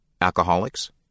Alcoholics